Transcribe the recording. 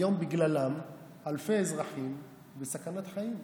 היום בגללם אלפי אזרחים בסכנת חיים.